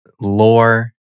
Lore